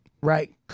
Right